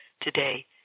today